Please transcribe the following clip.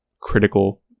critical